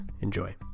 Enjoy